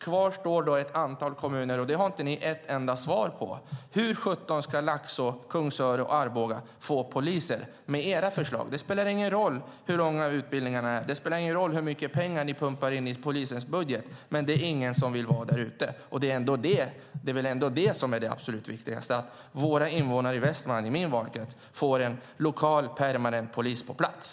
Kvar står ett antal kommuner utan poliser, och ni har inte ett enda förslag på hur Laxå, Kungsör och Arboga ska få det. Det spelar ingen roll hur långa utbildningarna är, det spelar ingen roll hur mycket pengar ni pumpar in i polisens budget, för ingen vill vara där ute. Och det absolut viktigaste är väl ändå att våra invånare i Västmanland, i min valkrets, får en lokal, permanent polis på plats.